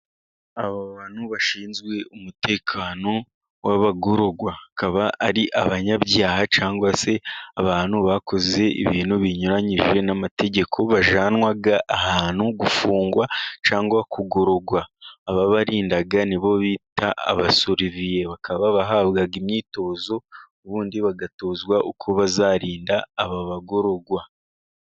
Aba bantu bashinzwe umutekano w'abagororwa, bakaba ari abanyabyaha cyangwa se abantu bakoze ibintu binyuranyije n'amategeko, bajyanwa ahantu gufungwa cyangwa kugororwa, ababarinda ni bo bita abasuruveya bakaba bahabwa imyitozo, ubundi bagatozwa uko bazarinda aba bagororwa.